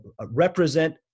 represent